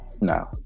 No